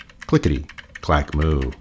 clickety-clack-moo